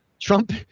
Trump